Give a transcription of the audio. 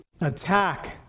attack